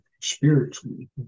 spiritually